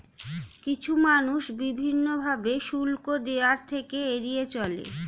কিছু মানুষ বিভিন্ন ভাবে শুল্ক দেওয়া থেকে এড়িয়ে চলে